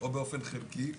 או באופן חלקי,